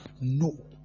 No